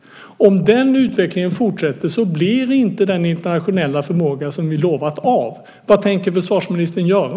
Om den utvecklingen fortsätter blir inte den internationella förmåga som vi lovat av. Vad tänker försvarsministern göra?